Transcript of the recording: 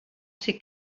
ser